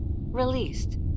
Released